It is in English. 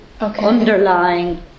underlying